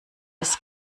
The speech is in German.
des